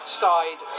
side